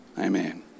Amen